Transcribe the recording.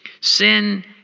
Sin